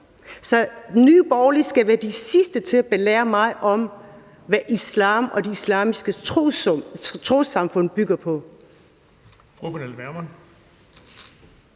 Så Nye Borgerlige skal være de sidste til at belære mig om, hvad islam og de islamiske trossamfund bygger på.